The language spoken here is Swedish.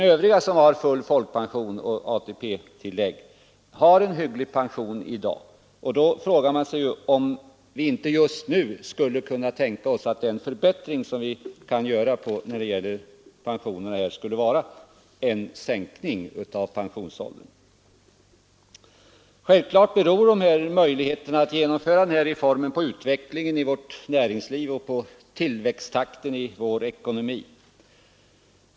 Övriga, som har full folkpension och ATP-tillägg, har i dag en hygglig pension. Därför frågar man sig om inte den förbättring vi kan göra när det gäller pensionerna skulle vara en sänkning av pensionsåldern. Självfallet beror möjligheterna att genomföra denna reform på utvecklingen i vårt näringsliv och på tillväxttakten i ekonomin.